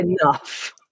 enough